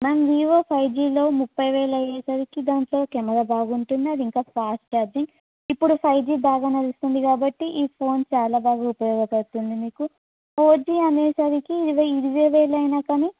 ma'am Vivo ఫైవ్జిలో ముపై వేలు అయ్యేసరికి దాంట్లో కెమెరా బాగుంటుందదింకా ఫాస్ట్ ఛార్జింగ్ ఇప్పుడు ఫైవ్ జి బాగా నడుస్తుంది కాబట్టి ఈ ఫోన్ చాలా బాగా ఉపయోగపడుతుంది మీకు ఫోర్ జి అనేసరికి ఇరవై ఇరవై వేలు అయినా కానీ